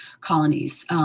colonies